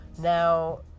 Now